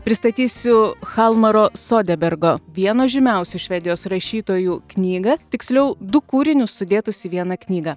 pristatysiu chalmaro sodebergo vieno žymiausių švedijos rašytojų knygą tiksliau du kūrinius sudėtus į vieną knygą